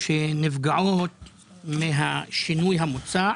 שנפגעות מהשינוי המוצע,